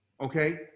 Okay